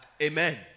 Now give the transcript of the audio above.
Amen